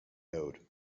node